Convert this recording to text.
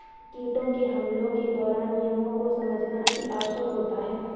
कीटों के हमलों के दौरान नियमों को समझना अति आवश्यक होता है